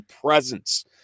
presence